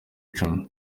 icumi